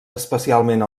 especialment